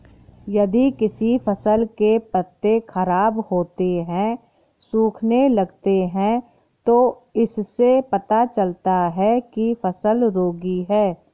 यदि किसी फसल के पत्ते खराब होते हैं, सूखने लगते हैं तो इससे पता चलता है कि फसल रोगी है